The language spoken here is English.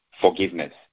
forgiveness